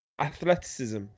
athleticism